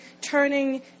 turning